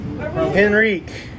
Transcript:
Henrique